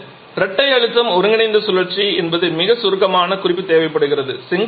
இப்போது இரட்டை அழுத்தம் ஒருங்கிணைந்த சுழற்சி என்பது மிகச் சுருக்கமான குறிப்பு தேவைப்படுகிறது